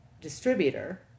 distributor